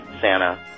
Santa